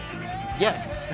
Yes